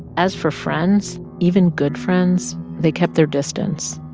as for friends, even good friends, they kept their distance.